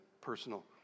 personal